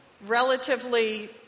relatively